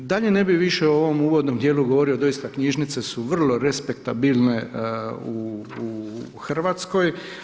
Dalje ne bi više u ovom uvodnom dijelu govorio, doista, knjižnice su vrlo respektabilne u Hrvatskoj.